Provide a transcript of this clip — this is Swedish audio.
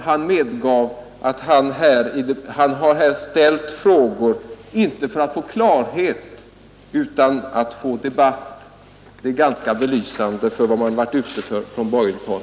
Han medgav att han har ställt frågor inte för att få klarhet utan för att få debatt. Det visar vad man har varit ute efter från borgerligt håll.